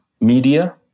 media